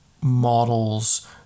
models